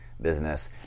business